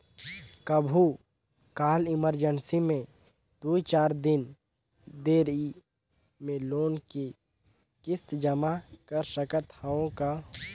कभू काल इमरजेंसी मे दुई चार दिन देरी मे लोन के किस्त जमा कर सकत हवं का?